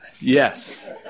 Yes